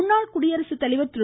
முன்னாள் குடியரசுத்தலைவர் திரு